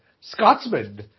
Scotsman